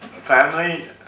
family